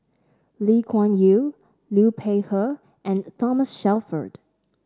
Lee Kuan Yew Liu Peihe and Thomas Shelford